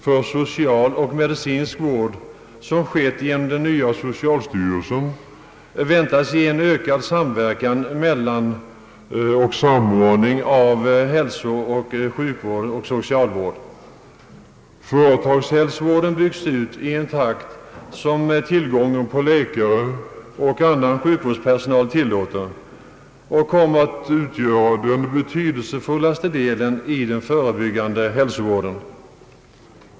för socialoch medicinsk vård som skett genom den nya socialstyrelsen väntas ge en ökad samverkan mellan och samordning av hälso-, sjukoch socialvård. Företagshälsovården byggs ut i en takt som tillgången på läkare och annan sjukvårdspersonal tillåter och kommer att utgöra den betydelsefullaste delen i den förebyggande hälsovården.